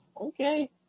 Okay